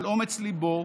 על אומץ ליבו,